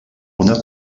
una